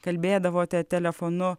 kalbėdavote telefonu